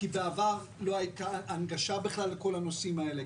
כי בעבר לא הייתה הנגשה בכלל לכל הנושאים האלה,